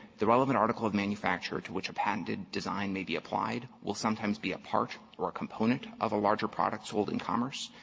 the relevant article of manufacture to which a patented design may be applied will sometimes be a part or a component of a larger product sold in commerce.